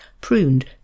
pruned